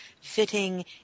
Fitting